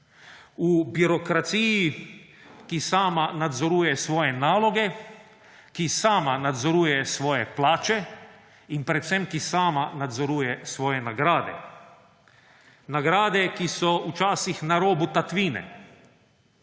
v birokraciji, ki sama nadzoruje svoje naloge, ki sama nadzoruje svoje plače, in predvsem, ki sama nadzoruje svoje nagrade, nagrade, ki so včasih na robu tatvine.